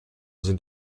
sind